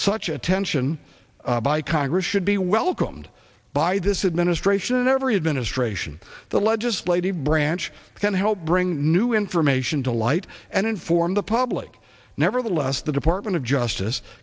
such attention by congress should be welcomed by this administration and every administration the legislative branch can help bring new information delight and inform the public nevertheless the department of justice